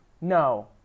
No